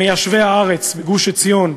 מיישבי הארץ בגוש-עציון,